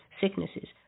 sicknesses